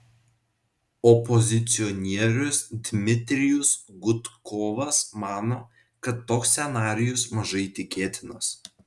opozicionierius dmitrijus gudkovas mano kad toks scenarijus mažai tikėtinas